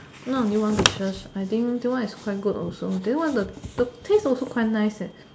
not only one dishes I think that one is quite good also that one the taste also quite nice eh